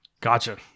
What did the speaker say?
Gotcha